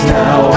now